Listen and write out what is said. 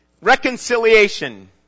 Reconciliation